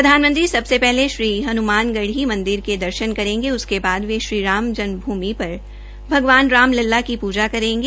प्रधानमंत्री सबसे पहले श्री हनुमानगढी मंदिर के दर्शन करेंगे इसके बाद ये श्री राम जन्म भूमि पर भगवान राम लल्ला का पूजा करेंगे